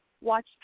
watch